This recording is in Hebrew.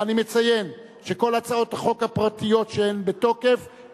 ואני מציין שכל הצעות החוק הפרטיות שהן בתוקף,